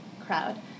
crowd